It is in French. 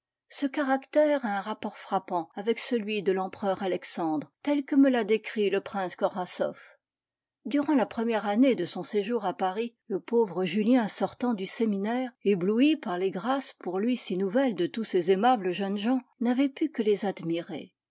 ce caractère a un rapport frappant avec celui de l'empereur alexandre tel que me l'a décrit le prince korasoff durant la première année de son séjour à paris le pauvre julien sortant du séminaire ébloui par les grâces pour lui si nouvelles de tous ces aimables jeunes gens n'avait pu que les admirer